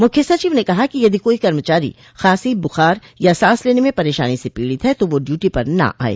मुख्य सचिव ने कहा कि यदि कोई कर्मचारी खांसी बूखार एवं सांस लेने में परेशानी से पीड़ित है तो वह ड़यूटी पर न आये